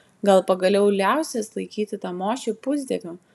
gal pagaliau liausis laikyti tamošių pusdieviu